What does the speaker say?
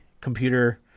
computer